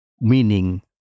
meaning